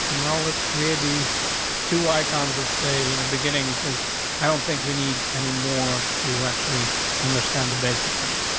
well, let's create these two white guns. let's say in the beginning, because i don't think we need any more to actually understand the basics of it.